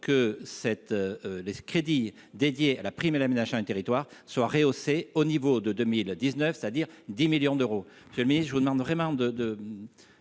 cette les crédits dédiés à la prime à l'aménager un territoire soit rehaussé au niveau de 2019, c'est à dire 10 millions d'euros,